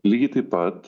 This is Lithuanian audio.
lygiai taip pat